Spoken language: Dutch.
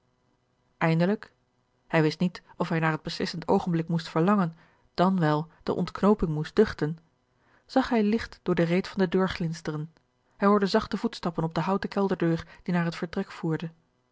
eindelijk hij wist niet of hij naar het beslissend oogenblik moest verlangen dan wèl de ontknooping moest duchten zag hij licht door de reet van de deur glinsteren hij hoorde zachte voetstappen op de houten kelderdeur die naar het vertrek voerde